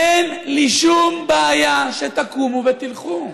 אין לי שום בעיה שתקומו ותלכו.